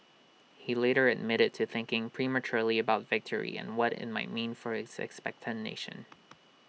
he later admitted to thinking prematurely about victory and what IT might mean for his expectant nation